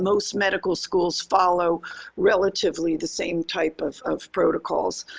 most medical schools follow relatively the same type of of protocols.